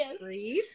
Breathe